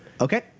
okay